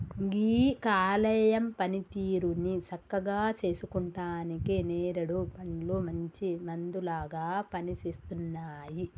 గీ కాలేయం పనితీరుని సక్కగా సేసుకుంటానికి నేరేడు పండ్లు మంచి మందులాగా పనిసేస్తున్నాయి